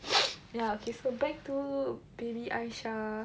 ya okay so back to baby Aisyah